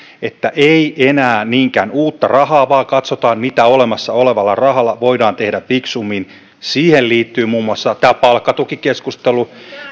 että ei enää niinkään uutta rahaa vaan katsotaan mitä olemassa olevalla rahalla voidaan tehdä fiksummin siihen liittyy muun muassa tämä palkkatukikeskustelu